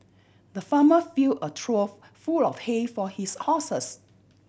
the farmer fill a trough full of hay for his horses